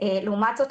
לעומת זאת,